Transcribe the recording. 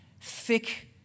thick